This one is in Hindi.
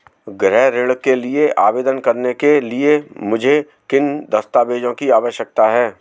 गृह ऋण के लिए आवेदन करने के लिए मुझे किन दस्तावेज़ों की आवश्यकता है?